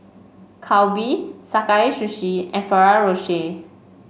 Calbee Sakae Sushi and Ferrero Rocher